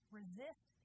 resist